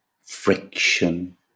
friction